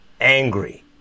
angry